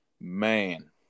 man